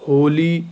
Holi